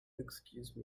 excuse